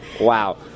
wow